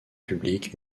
public